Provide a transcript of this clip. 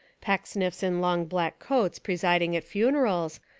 peck sniffs in long black coats presiding at funerals,